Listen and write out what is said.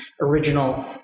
original